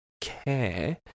care